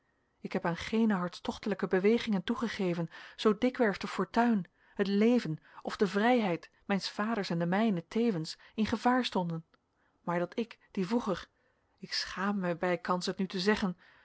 ik heb aan geéne hartstochtelijke bewegingen toegegeven zoo dikwerf de fortuin het leven of de vrijheid mijns vaders en de mijne tevens in gevaar stonden maar dat ik die vroeger ik schaam mij bijkans het nu te zeggen